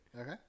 okay